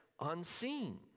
unseen